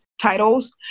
titles